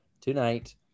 tonight